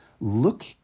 Look